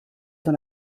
dans